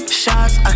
shots